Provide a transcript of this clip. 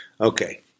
Okay